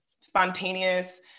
Spontaneous